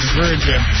virgin